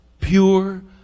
pure